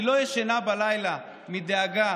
אני לא ישנה בלילה מדאגה,